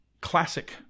classic